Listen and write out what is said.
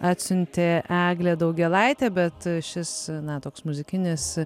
atsiuntė eglė daugėlaitė bet šis na toks muzikinis